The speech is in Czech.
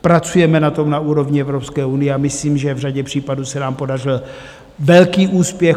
Pracujeme na tom na úrovni Evropské unie a myslím, že v řadě případů se nám podařil velký úspěch.